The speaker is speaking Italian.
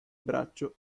braccio